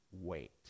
wait